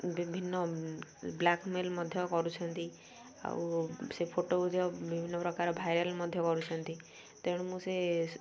ବିଭିନ୍ନ ବ୍ଲାକ୍ମେଲ୍ ମଧ୍ୟ କରୁଛନ୍ତି ଆଉ ସେ ଫଟୋକୁ ମଧ୍ୟ ବିଭିନ୍ନ ପ୍ରକାର ଭାଇରାଲ୍ ମଧ୍ୟ କରୁଛନ୍ତି ତେଣୁ ମୁଁ ସେ